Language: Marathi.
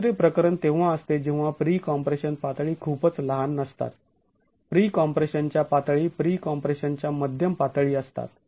दुसरे प्रकरण तेव्हा असते जेव्हा प्री कॉम्प्रेशन पातळी खूपच लहान नसतात प्री कॉम्प्रेशन च्या पातळी प्री कॉम्प्रेशन च्या मध्यम पातळी असतात